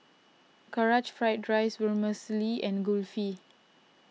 Karaage Fried Chicken Vermicelli and Kulfi